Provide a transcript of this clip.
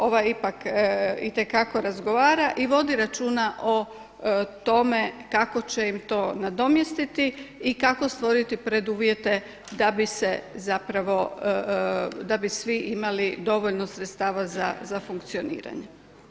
Ova ipak itekako razgovara i vodi računa o tome kako će im to nadomjestiti i kako stvoriti preduvjete da bi se zapravo da bi svi imali dovoljno sredstava za funkcioniranje.